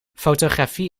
fotografie